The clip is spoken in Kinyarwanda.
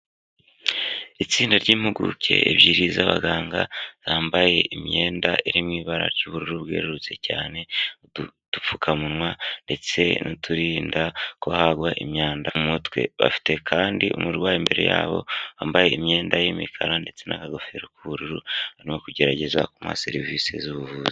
Itsinda ry'impuguke ebyiri z'abaganga bambaye imyenda iririmo ibara ry'ubururu bwerurutse cyane udupfukamunwa ndetse n'uturinda kuba hagwa imyanda umutwe, bafite kandi umurwayi imbere yabo wambaye imyenda y'imikara ndetse n'akagofero k'ubururu arimo kugerageza kumuha serivisi z'ubuvuzi.